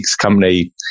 company